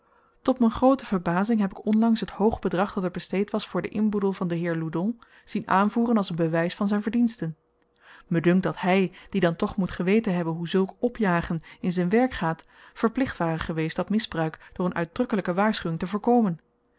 tot m'n groote verbazing heb ik onlangs t hoog bedrag dat er besteed was voor den inboedel van den heer loudon zien aanvoeren als n bewys van z'n verdiensten me dunkt dat hy die dan toch moet geweten hebben hoe zulk opjagen in z'n werk gaat verplicht ware geweest dat misbruik door n uitdrukkelyke waarschuwing te voorkomen